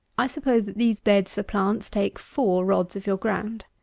i suppose that these beds for plants take four rods of your ground.